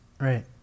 Right